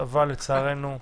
אבל לצערנו,